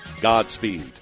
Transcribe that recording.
Godspeed